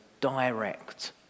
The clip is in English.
direct